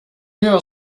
gör